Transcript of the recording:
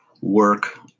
work